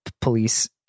police